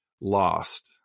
lost